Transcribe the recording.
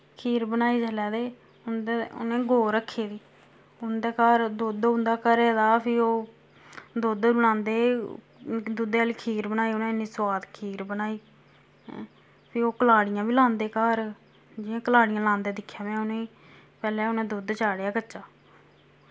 खीर बनाई जिसलै ते उं'दे उ'नें गौ रक्खी दी उं'दे घर दुद्ध उं'दे घरै दा फ्ही ओह् दुद्ध बनांदे मतलब दुद्धै आह्ली खीर बनाई उ'न्नै इन्नी सोआद खीर बनाई ऐं फ्ही ओह् कलाड़ियां बी लांदे घर जि''यां कलाड़ियां लांदे दिक्खेआ मैं उ'नेंगी पैह्लें उ'नें दुद्ध चाढ़ेआ कच्चा